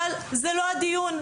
אבל זה לא הדיון,